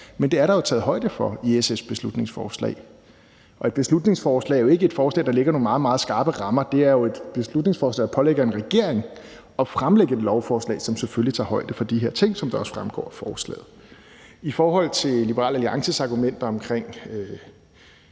men det er der jo taget højde for i SF's beslutningsforslag, og et beslutningsforslaget er jo ikke et forslag, der lægger nogle meget, meget skarpe rammer; et beslutningsforslag pålægger jo en regering at fremsætte et lovforslag, som selvfølgelig tager højde for de her ting, som det også fremgår af forslaget. I forhold til Liberal Alliances argumenter om